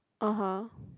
(uh huh)